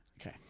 Okay